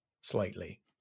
slightly